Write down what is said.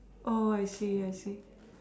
oh I see I see